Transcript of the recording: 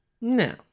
no